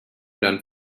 dann